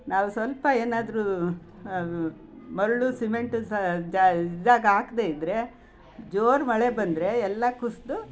ನಾವು ಸ್ವಲ್ಪ ಏನಾದರೂ ಮರಳು ಸಿಮೆಂಟು ಸಹ ಜಾ ಇದಾಗಿ ಹಾಕ್ದೇ ಇದ್ದರೆ ಜೋರು ಮಳೆ ಬಂದರೆ ಎಲ್ಲ ಕುಸಿದು